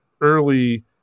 early